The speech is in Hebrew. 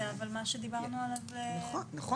אבל זה מה שדיברנו עליו --- נכון,